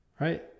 right